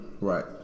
right